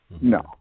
No